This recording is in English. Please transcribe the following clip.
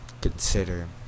consider